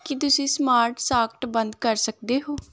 ਕੀ ਤੁਸੀਂ smart socket ਬੰਦ ਕਰ ਸਕਦੇ ਹੋ